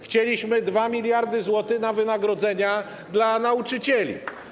Chcieliśmy 2 mld zł na wynagrodzenia dla nauczycieli.